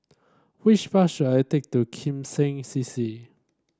which bus should I take to Kim Seng C C